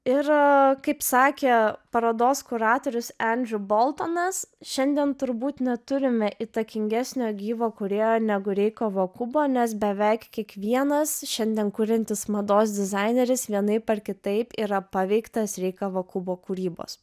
ir kaip sakė parodos kuratorius endriu boltonas šiandien turbūt neturime įtakingesnio gyvo kūrėjo negu rei kavakubo nes beveik kiekvienas šiandien kuriantis mados dizaineris vienaip ar kitaip yra paveiktas rei kavakubo kūrybos